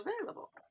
available